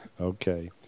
Okay